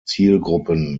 zielgruppen